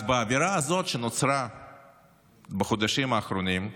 אז באווירה הזאת שנוצרה בחודשים האחרונים,